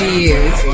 years